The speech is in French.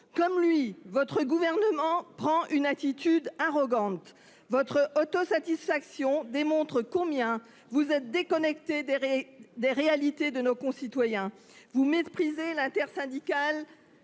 Comme lui, votre gouvernement prend une attitude arrogante. Votre autosatisfaction montre combien vous êtes déconnectée des réalités que vivent nos concitoyens. Vous méprisez l'intersyndicale,